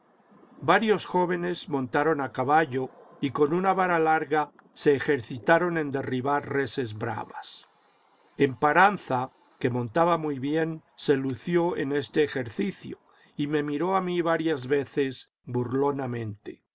varios jóvenes montaron a caballo y con una vara larga se ejercitaron en derribar reses bravas emparanza que montaba muy bien se lució en este ejercicio y me miró a mí varias veces burlonamente